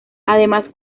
además